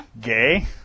gay